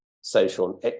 social